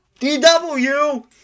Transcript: DW